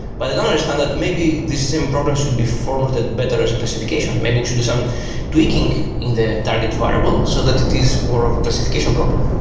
but don't understand that maybe the same problem should be formatted better as a classification. maybe we should do some tweaking in the target variable so that it is more of a classification problem,